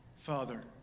Father